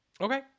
Okay